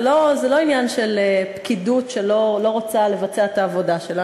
זה לא עניין של פקידות שלא רוצה לבצע את העבודה שלה.